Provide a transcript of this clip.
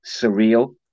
surreal